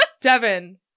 Devin